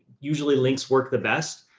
usually links work the best,